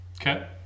Okay